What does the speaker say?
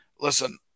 listen